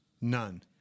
None